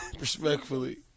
Respectfully